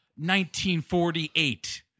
1948